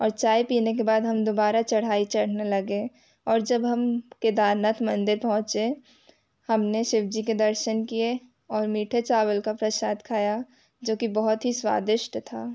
और चाय पीने के बाद हम दोबारा चढ़ाई चढ़ने लगे और जब हम केदारनाथ मंदिर पहुंचे हम ने शिव जी के दर्शन किए और मीठे चावल का प्रसाद खाया जो कि बहुत ही स्वादिष्ट था